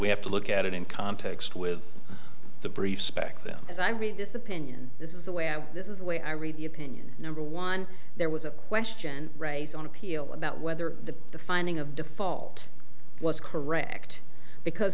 we have to look at it in context with the brief spec then as i read this opinion this is the way out this is the way i read the opinion number one there was a question raised on appeal about whether the the finding of default was correct because